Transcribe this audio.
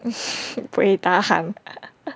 buay tahan